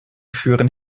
führen